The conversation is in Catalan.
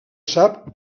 sap